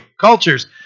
Cultures